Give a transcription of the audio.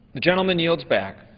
the gentleman yields back.